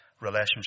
relationship